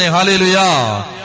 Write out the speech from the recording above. Hallelujah